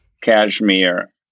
cashmere